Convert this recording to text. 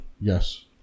Yes